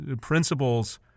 principles